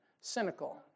Cynical